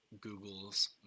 Google's